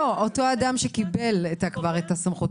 אותו אדם שקיבל כבר את הסמכות,